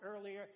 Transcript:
earlier